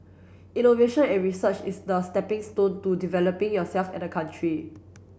innovation and research is the stepping stone to developing yourself and the country